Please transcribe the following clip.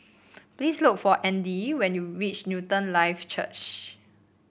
please look for Andy when you reach Newton Life Church